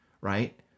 right